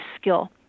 skill